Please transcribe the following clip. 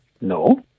No